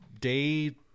day